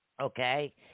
okay